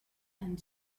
and